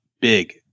big